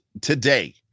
today